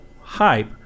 hype